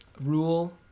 rule